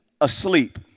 asleep